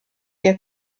der